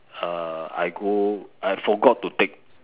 uh I go I forgot to take